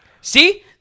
See